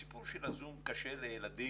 הסיפור של הזום קשה לילדים